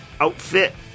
outfit